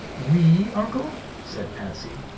we, uncle? said patsy.